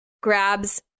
Grabs